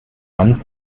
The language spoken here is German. man